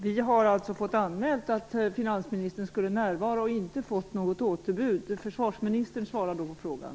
Vi har fått anmält att finansministern skulle närvara, och vi har inte fått något återbud. Försvarsministern svarar då på frågan.